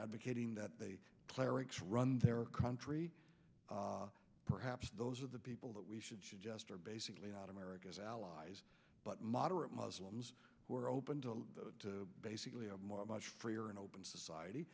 advocating that the clerics run their country perhaps those are the people that we should just are basically not america's allies but moderate muslims who are open to basically more much freer and open society